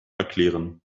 erklären